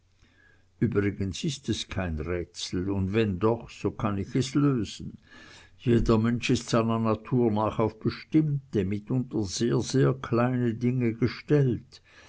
übrigens ist es kein rätsel und wenn doch so kann ich es lösen jeder mensch ist seiner natur nach auf bestimmte mitunter sehr sehr kleine dinge gestellt